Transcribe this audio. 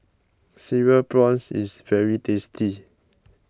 Cereal Prawns is very tasty